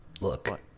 Look